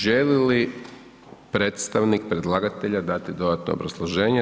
Želi li predstavnik predlagatelja dati dodatno obrazloženje?